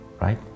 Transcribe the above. right